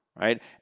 Right